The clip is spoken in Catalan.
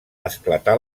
esclatà